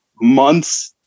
months